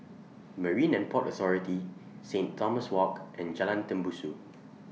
Marine and Port Authority Saint Thomas Walk and Jalan Tembusu